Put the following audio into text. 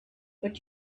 but